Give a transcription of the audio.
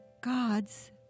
God's